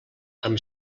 amb